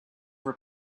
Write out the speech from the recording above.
have